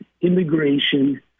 immigration